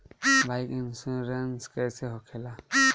Bike insurance कैसे होखे ला?